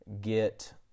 get